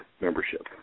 membership